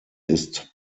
ist